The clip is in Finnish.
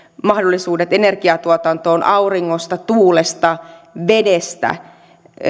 mahdollisuudet energiatuotantoon auringosta tuulesta vedestä